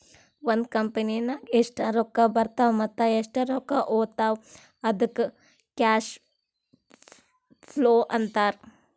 ಒಂದ್ ಕಂಪನಿನಾಗ್ ಎಷ್ಟ್ ರೊಕ್ಕಾ ಬರ್ತಾವ್ ಮತ್ತ ಎಷ್ಟ್ ರೊಕ್ಕಾ ಹೊತ್ತಾವ್ ಅದ್ದುಕ್ ಕ್ಯಾಶ್ ಫ್ಲೋ ಅಂತಾರ್